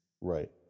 right